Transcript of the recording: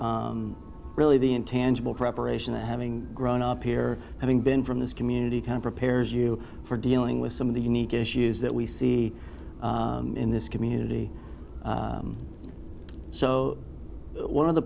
really the intangible preparation that having grown up here having been from this community town prepares you for dealing with some of the unique issues that we see in this community so one of the